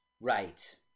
Right